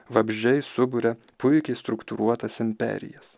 vabzdžiai suburia puikiai struktūruotas imperijas